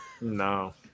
No